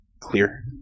clear